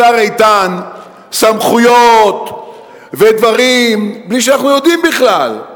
השר איתן, סמכויות ודברים בלי שאנחנו יודעים בכלל.